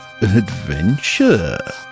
Adventure